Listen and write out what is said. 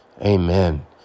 Amen